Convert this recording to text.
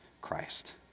Christ